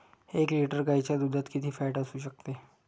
एक लिटर गाईच्या दुधात किती फॅट असू शकते?